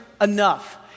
enough